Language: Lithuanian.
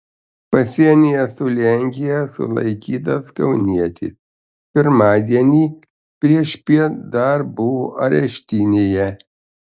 pasienyje su lenkija sulaikytas kaunietis pirmadienį priešpiet dar buvo areštinėje